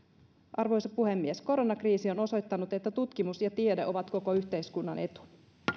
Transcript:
arvoisa puhemies koronakriisi on osoittanut että tutkimus ja tiede ovat koko yhteiskunnan etu